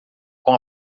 com